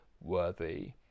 worthy